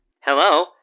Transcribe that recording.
Hello